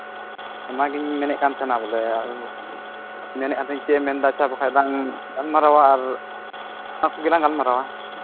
ᱚᱱᱟᱜᱤᱧ ᱢᱮᱱᱮᱫ ᱠᱟᱱ ᱛᱟᱦᱮᱱᱟ ᱵᱚᱞᱮ ᱟᱨ ᱢᱮᱱᱮᱫ ᱛᱟᱦᱮᱱᱤᱧ ᱪᱮᱫ ᱮᱢ ᱢᱮᱱᱫᱟ ᱟᱪᱪᱷᱟ ᱵᱟᱠᱷᱟᱱ ᱞᱟᱝ ᱜᱟᱞᱢᱟᱨᱟᱣᱟ ᱟᱨ ᱚᱱᱟ ᱠᱚᱜᱮ ᱞᱟᱝ ᱜᱟᱞᱢᱟᱨᱟᱣᱟ